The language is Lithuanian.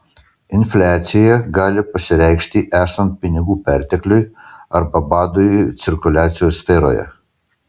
infliacija gali pasireikšti esant pinigų pertekliui arba badui cirkuliacijos sferoje